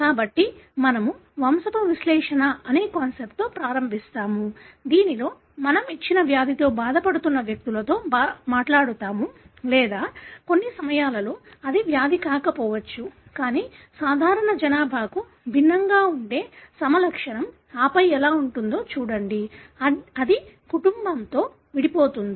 కాబట్టి మనము వంశపు విశ్లేషణ అనే కాన్సెప్ట్తో ప్రారంభిస్తాము దీనిలో మనం ఇచ్చిన వ్యాధితో బాధపడుతున్న వ్యక్తులతో మాట్లాడుతాము లేదా కొన్ని సమయాల్లో అది వ్యాధి కాకపోవచ్చు కానీ సాధారణ జనాభాకు భిన్నంగా ఉండే ఫెనోటైప్ ఆపై ఎలా ఉంటుందో చూడండి అది కుటుంబంలో విడిపోతుంది